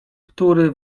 który